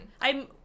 I'm-